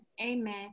amen